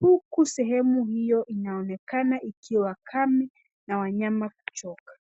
huku sehemu hiyo inaonekana ikiwa kame na wanyama kuchoka.